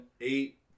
eight